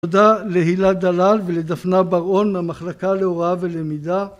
תודה להילה דלל ולדפנה בראון מהמחלקה להוראה ולמידה